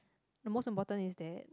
the most important is that